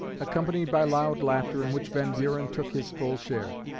accompanied by loud laughter in which van buren took his full share.